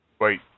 Wait